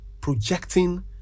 projecting